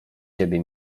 ciebie